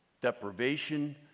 Deprivation